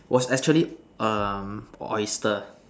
was actually um oyster